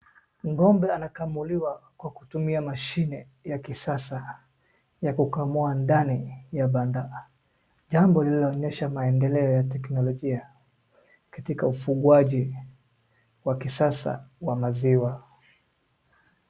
Ng'ombe anakamuliwa kwa kutumia mashine ya kisasa ya kukamua ndani ya banda, jambo linaloonyesha maendeleo ya teknolojia katika ufunguaji wa kisasa ya maziwa